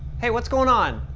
hey what's going on?